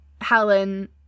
Helen